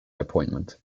appointment